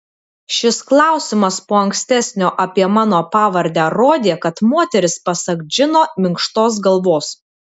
šis klausimas po ankstesnio apie mano pavardę rodė kad moteris pasak džino minkštos galvos